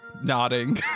nodding